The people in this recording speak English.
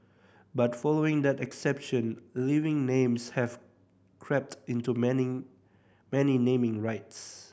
but following that exception living names have crept into many many naming rights